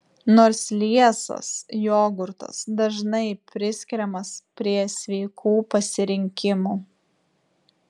nors liesas jogurtas dažnai priskiriamas prie sveikų pasirinkimų